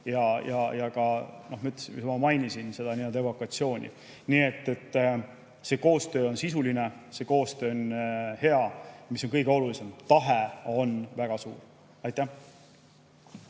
ka, nagu ma juba mainisin, evakuatsiooni. Nii et see koostöö on sisuline, see koostöö on hea, ja mis on kõige olulisem: tahe on väga suur. Heiki